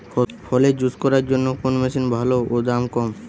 ফলের জুস করার জন্য কোন মেশিন ভালো ও দাম কম?